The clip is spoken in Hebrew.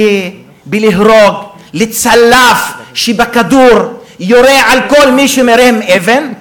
להרוג, לצלף שבכדור יורה על כל מי שמרים אבן,